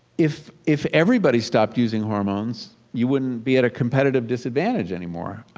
if if everybody stopped using hormones, you wouldn't be at a competitive disadvantage any more.